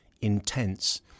intense